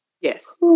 Yes